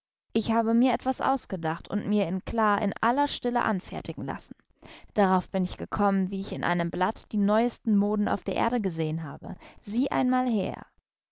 ich habe mir etwas ausgedacht und mir in kla in aller stille anfertigen lassen darauf bin ich gekommen wie ich in einem blatt die neuesten moden auf der erde gesehen habe sieh einmal her